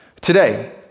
today